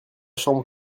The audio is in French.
chambre